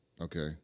Okay